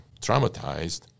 traumatized